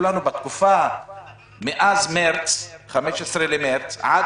לנו כמה מקרים היו בבית משפט מה-15 במרס ועד